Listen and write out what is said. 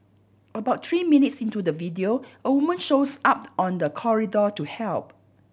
about three minutes into the video a woman shows up on the corridor to help